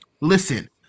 Listen